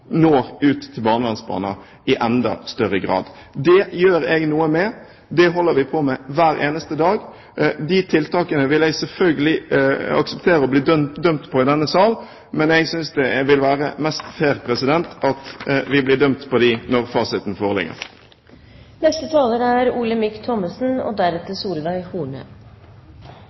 når ut til barnevernsbarna i enda større grad. Det gjør jeg noe med, det holder vi på med hver eneste dag. De tiltakene vil jeg selvfølgelig akseptere å bli dømt på i denne sal, men jeg synes det vil være mest fair at vi blir dømt når fasiten foreligger. Nå var det ikke min ambisjon med mitt foregående innlegg å stake ut hovedforskjellene mellom opposisjon og